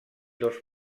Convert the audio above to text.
dos